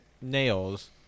nails